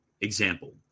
example